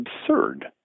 absurd